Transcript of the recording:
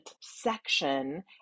section